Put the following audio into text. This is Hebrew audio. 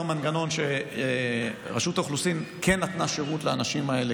מנגנון שרשות האוכלוסין כן נתנה שירות לאנשים האלה,